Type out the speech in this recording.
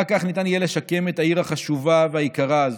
רק כך ניתן יהיה לשקם את העיר החשובה והיקרה הזאת.